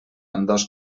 ambdós